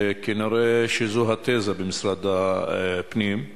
שכנראה זו התֶזה במשרד הפנים.